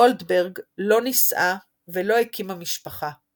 גולדברג לא נישאה ולא הקימה משפחה.